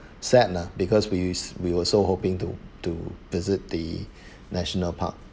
sad lah because we we were so hoping to to visit the national park